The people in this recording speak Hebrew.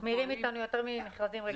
מחמירים איתנו יותר מאשר במכרזים רגילים.